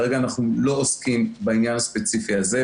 כרגע אנחנו לא עוסקים בעניין הספציפי הזה,